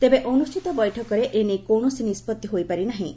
ତେବେ ଅନୃଷ୍ଣିତ ବୈଠକରେ ଏ ନେଇ କୌଣସି ନିଷ୍ପଭି ହୋଇପାରି ନାହିଁ